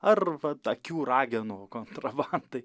ar vat akių ragenų kontrabandai